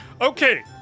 Okay